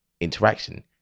interaction